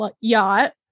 yacht